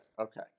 okay